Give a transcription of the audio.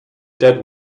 dead